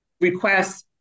requests